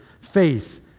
faith